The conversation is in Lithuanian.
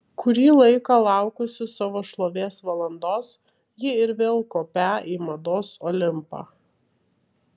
kurį laiką laukusi savo šlovės valandos ji ir vėl kopią į mados olimpą